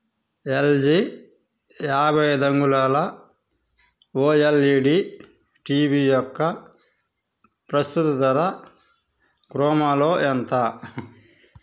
LG యాభై ఐదు అంగుళాల ఓఎల్ఈడీ టీవీ యొక్క ప్రస్తుత ధర క్రోమాలో ఎంత